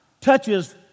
touches